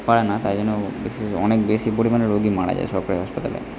পারে না তাই জন্য বেশি অনেক বেশি পরিমাণে রোগী মারা যায় সরকারি হাসপাতালে